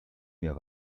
mir